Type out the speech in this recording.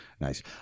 Nice